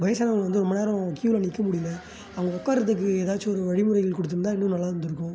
வயதானவங்க வந்து ரொம்ப நேரம் க்யூவில் நிற்க முடியிலை அவங்க உட்க்காறதுக்கு ஏதாச்சும் ஒரு வழிமுறைகள் கொடுத்துருந்தா இன்னும் நல்லா இருந்திருக்கும்